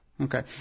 Okay